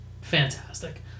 fantastic